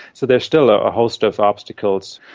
so there's still a host of obstacles.